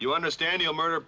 you understand your murder